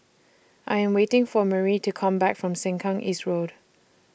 I Am waiting For Merrie to Come Back from Sengkang East Road